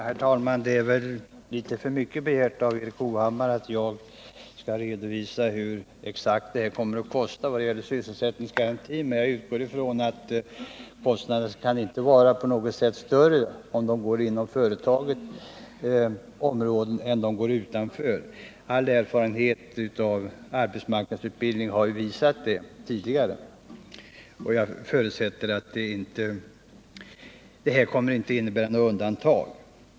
Herr talman! Det är väl litet för mycket begärt av Erik Hovhammar att jag skall redovisa exakt vad sysselsättningsgarantin kommer att kosta. Men jag utgår ifrån att kostnaderna inte på något sätt blir större om de går inom företagsområdet än om de går utanför. All erfarenhet av arbetsmarknadsutbildning har ju visat det tidigare. Och jag förutsätter att det inte är något undantag i det här fallet.